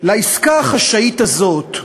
לעסקה החשאית הזאת,